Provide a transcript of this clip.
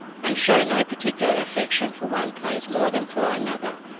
and show no particular affection for one place more than for another,